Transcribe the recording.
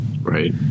Right